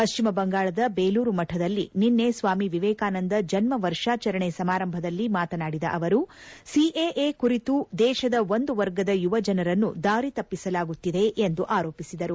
ಪಶ್ಚಿಮ ಬಂಗಾಳದ ಬೇಲೂರು ಮಠದಲ್ಲಿ ನಿನ್ನೆ ಸ್ವಾಮಿ ವಿವೇಕಾನಂದ ಜನ್ನವರ್ಷಾಚರಣೆ ಸಮಾರಂಭದಲ್ಲಿ ಮಾತನಾಡಿದ ಅವರು ಸಿಎಎ ಕುರಿತು ದೇಶದ ಒಂದು ವರ್ಗದ ಯುವಜನರನ್ನು ದಾರಿ ತಪ್ಪಿಸಲಾಗುತ್ತಿದೆ ಎಂದು ಆರೋಪಿಸಿದರು